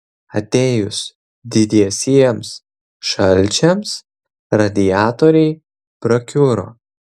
atėjus didiesiems šalčiams radiatoriai prakiuro